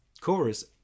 chorus